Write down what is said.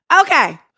Okay